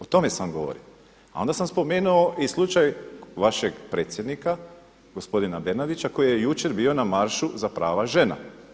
O tome sam govori, a onda sam spomenuo i slučaj vašeg predsjednika gospodina Bernardića koji je jučer bio na maršu za prava žena.